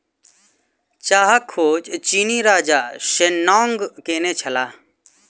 चाहक खोज चीनी राजा शेन्नॉन्ग केने छलाह